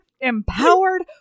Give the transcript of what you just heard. empowered